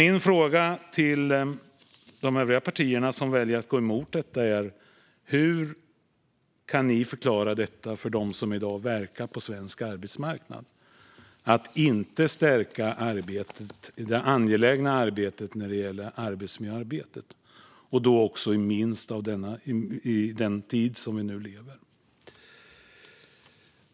Min fråga till de partier som väljer att gå emot förslaget är: Hur förklarar ni för dem som i dag verkar på svensk arbetsmarknad att ni inte vill stärka det angelägna arbetsmiljöarbetet, speciellt i den tid vi nu lever i?